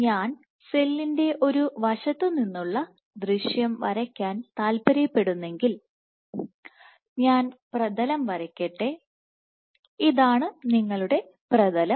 ഞാൻ സെല്ലിന്റെ ഒരു വശത്തു നിന്നുള്ള ദൃശ്യം വരയ്ക്കാൻ താൽപ്പര്യപ്പെടുന്നെങ്കിൽ ഞാൻ പ്രതലം വയ്ക്കട്ടെ ഇതാണ് നിങ്ങളുടെ പ്രതലം